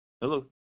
Hello